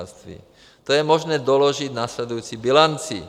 To je možné doložit následující bilancí.